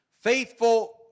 Faithful